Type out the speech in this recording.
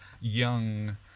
young